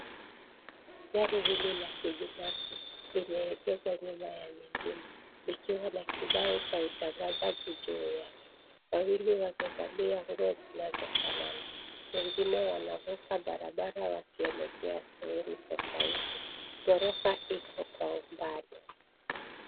Gari hili la kibinafsi limeegeshwa nyuma ya mengine. Likiwa na kibao cha utangazaji juu yake. Wawili wamevalia nguo zinazofanana. Wengine wanavuka barabara wakielekea sehemu tofauti. Ghorofa iko kwa umbali.